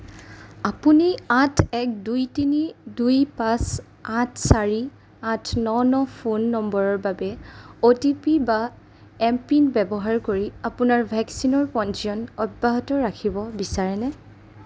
আপুনি আঠ এক দুই তিনি দুই পাঁচ আঠ চাৰি আঠ ন ন ফোন নম্বৰৰ বাবে অ' টি পি বা এমপিন ব্যৱহাৰ কৰি আপোনাৰ ভেকচিনৰ পঞ্জীয়ন অব্যাহত ৰাখিব বিচাৰেনে